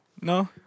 No